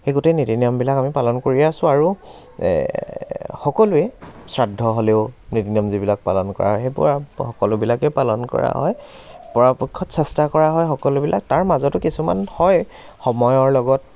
সেই গোটেই নীতি নিয়মবিলাক আমি পালন কৰি আছো আৰু সকলোৱে শ্ৰাদ্ধ হ'লেও নীতি নিয়ম যিবিলাক পালন কৰা হয় সেইবোৰ আৰু সকলোবিলাকেই পালন কৰা হয় পৰাপক্ষত চেষ্টা কৰা হয় সকলোবিলাক তাৰ মাজতো কিছুমান হয় সময়ৰ লগত